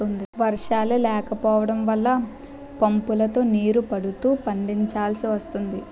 వర్షాలే లేకపోడం వల్ల పంపుతో నీరు పడుతూ పండిచాల్సి వస్తోంది